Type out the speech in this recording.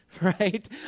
Right